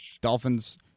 Dolphins